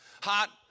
hot